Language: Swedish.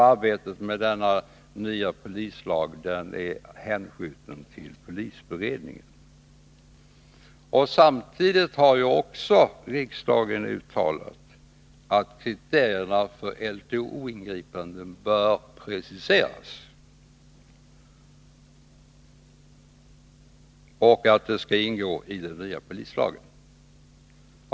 Arbetet med denna nya lag är hänskjutet till polisberedningen. Riksdagen uttalade samtidigt att kriterierna för LTO-ingripanden bör preciseras och att detta skall ingå i den nya polislagen.